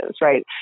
right